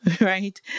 right